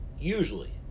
usually